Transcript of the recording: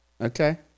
okay